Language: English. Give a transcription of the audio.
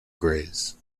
grays